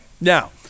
Now